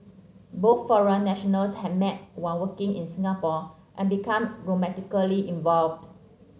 both foreign nationals had met while working in Singapore and become romantically involved